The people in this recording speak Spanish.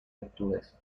virtudes